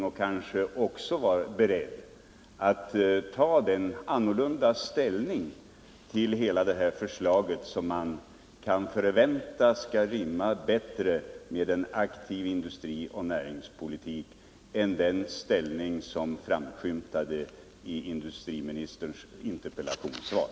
Industriministern är kanske också nu beredd att ta en ställning tillhela det här förslaget som bättre rimmar med en aktiv industrioch näringspolitik än den som framskymtade i industriministerns interpellationssvar.